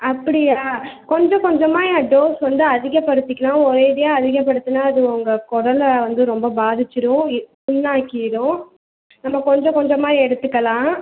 அப்படியா கொஞ்ச கொஞ்சமாக டோஸ் வந்து அதிகப்படுத்திக்கலாம் ஒரேடியாக அதிகப்படுத்துனா அது உங்கள் குடல வந்து ரொம்ப பாதிச்சுரும் இது புண்ணாக்கிரும் நம்ப கொஞ்ச கொஞ்சமாக எடுத்துக்கலாம்